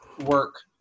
work